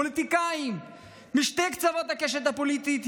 פוליטיקאים משני קצוות הקשת הפוליטית,